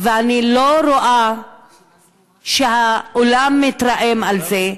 ואני לא רואה שהעולם מתרעם על זה,